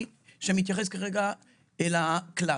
אני רוצה לומר משהו כמי שמתייחס כרגע לכלל.